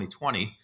2020